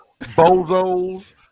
bozos